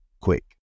quick